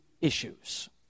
issues